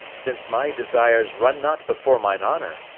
since my desires run not before mine honour,